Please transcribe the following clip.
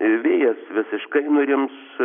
vėjas visiškai nurims